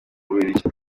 bubiligi